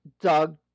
Doug